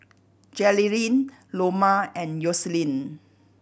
Jerilynn Loma and Yoselin